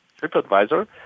TripAdvisor